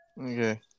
Okay